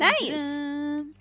Nice